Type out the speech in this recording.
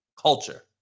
culture